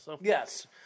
Yes